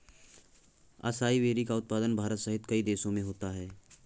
acai berry का उत्पादन भारत सहित कई देशों में होता है